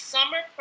Summer